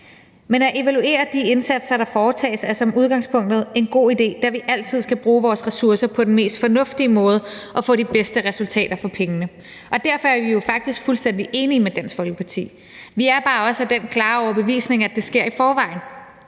Men at evaluere de indsatser, der foretages, er som udgangspunkt en god idé, da vi altid skal bruge vores ressourcer på den mest fornuftige måde og få de bedste resultater for pengene. Og derfor er vi jo faktisk fuldstændig enige med Dansk Folkeparti. Vi er bare også af den klare overbevisning, at det sker i forvejen.